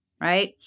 right